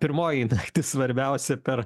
pirmoji naktis svarbiausia per